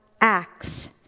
Acts